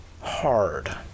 hard